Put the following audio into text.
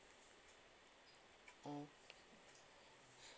mm